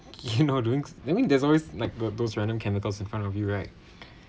you know doings I means there's always like those those random chemicals in front of you right